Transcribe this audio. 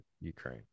Ukraine